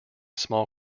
small